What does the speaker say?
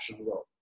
world